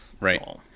Right